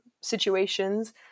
situations